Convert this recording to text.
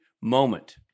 moment